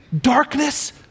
Darkness